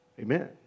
amen